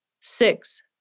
Six